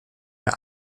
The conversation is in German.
der